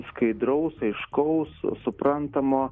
skaidraus aiškaus suprantamo